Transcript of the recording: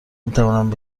میتواند